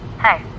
Hey